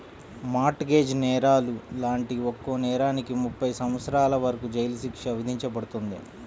mart gauge నేరాలు లాంటి ఒక్కో నేరానికి ముప్పై సంవత్సరాల వరకు జైలు శిక్ష విధించబడుతుంది